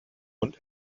und